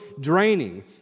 draining